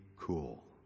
cool